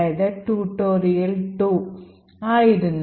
C tutorial 2 ആയിരുന്നു